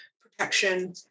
Protection